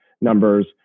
numbers